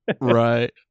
Right